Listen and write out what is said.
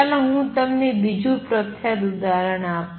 ચાલો હું તમને બીજું પ્રખ્યાત ઉદાહરણ આપું